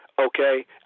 okay